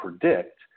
predict